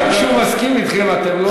גם כשהוא מסכים אתכם אתם לא מסכימים.